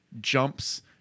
jumps